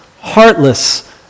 heartless